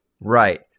right